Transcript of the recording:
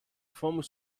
fomos